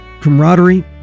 Camaraderie